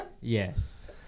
Yes